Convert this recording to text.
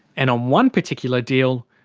and on one particular deal,